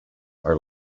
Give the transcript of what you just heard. are